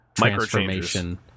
transformation